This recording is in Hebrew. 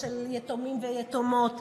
שלומי סבידיה,